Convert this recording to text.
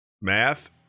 Math